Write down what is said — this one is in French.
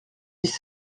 dix